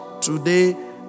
Today